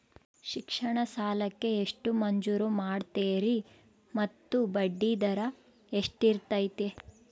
ಶಿಕ್ಷಣ ಸಾಲಕ್ಕೆ ಎಷ್ಟು ಮಂಜೂರು ಮಾಡ್ತೇರಿ ಮತ್ತು ಬಡ್ಡಿದರ ಎಷ್ಟಿರ್ತೈತೆ?